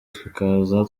tukaza